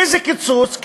איזה קיצוץ?